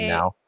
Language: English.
now